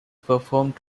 performed